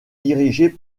dirigée